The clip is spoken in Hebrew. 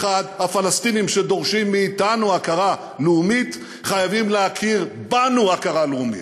1. הפלסטינים שדורשים מאתנו הכרה לאומית חייבים להכיר בנו הכרה לאומית.